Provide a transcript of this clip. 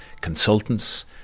consultants